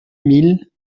mille